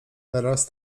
teraz